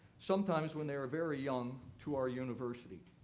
sometimes when they are very young, to our university.